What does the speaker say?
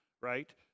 right